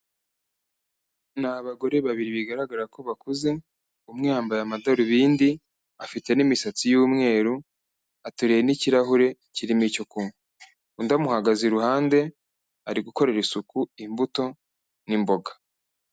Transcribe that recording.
Ni abagore babiri bigaragara ko bakuze, umwe yambaye amadarubindi, afite n'imisatsi y'umweru, ateruye n'ikirahure kirimo icyo kunywa, undi amuhagaze iruhande ari gukorera isuku imbuto n'imboga.